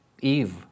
Eve